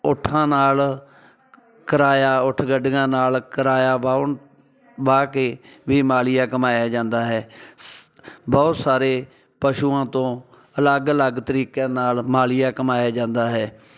ਊਠਾਂ ਨਾਲ ਕਿਰਾਇਆ ਊਂਠ ਗੱਡੀਆਂ ਨਾਲ ਕਿਰਾਇਆ ਵਾਣ ਵਾਹ ਕੇ ਵੀ ਮਾਲੀਆ ਕਮਾਇਆ ਜਾਂਦਾ ਹੈ ਸ ਬਹੁਤ ਸਾਰੇ ਪਸ਼ੂਆਂ ਤੋਂ ਅਲੱਗ ਅਲੱਗ ਤਰੀਕਿਆਂ ਨਾਲ ਮਾਲੀਆ ਕਮਾਇਆ ਜਾਂਦਾ ਹੈ